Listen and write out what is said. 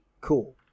cool